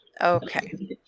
Okay